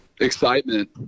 excitement